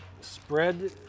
spread